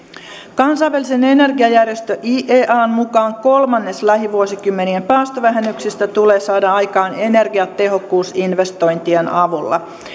kansainvälisen energiajärjestö iean mukaan kolmannes lähivuosikymmenien päästövähennyksistä tulee saada aikaan energiatehokkuusinvestointien avulla